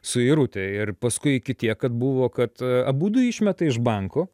suirutė ir paskui iki tiek kad buvo kad abudu išmeta iš banko